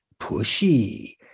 pushy